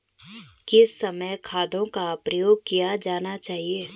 किस समय खादों का प्रयोग किया जाना चाहिए?